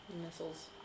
missiles